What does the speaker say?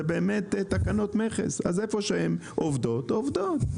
אלה תקנות מכס ואיפה שהן עובדות אז עובדות.